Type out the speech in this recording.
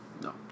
No